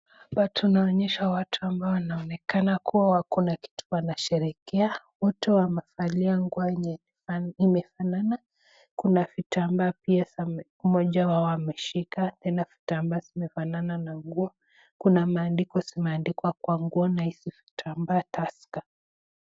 Hapa tunaonyeshwa watu ambao wanaonekana kuwa wako na kitu wanasherehekea. Wote wamevalia nguo yenye rangi imefanana. Kuna vitambaa pia moja wao ameshika tena vitambaa vimefanana na nguo. Kuna maandiko zimeandikwa kwa nguo na hizi vitambaa Tusker.